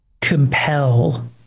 compel